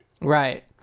Right